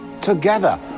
together